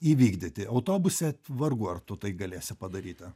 įvykdyti autobuse vargu ar tu tai galėsi padaryti